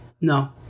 no